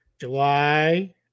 July